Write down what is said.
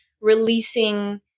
releasing